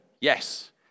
Yes